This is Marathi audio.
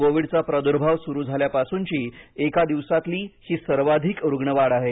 कोविडचा प्रादुर्भाव सुरू झाल्यापासूनची एका दिवसातली ही सर्वाधिक रुग्णवाढ आहे